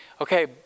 okay